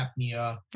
apnea